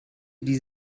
die